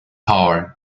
power